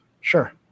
Sure